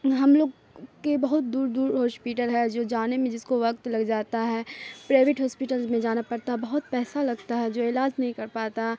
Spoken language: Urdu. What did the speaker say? ہم لوگ کے بہت دور دور ہاسپیٹل ہے جو جانے میں جس کو وقت لگ جاتا ہے پرائیویٹ ہاسپیٹل میں جانا پڑتا ہے بہت پیسہ لگتا ہے جو علاج نہیں کر پاتا